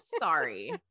Sorry